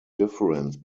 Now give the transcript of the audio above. difference